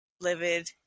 livid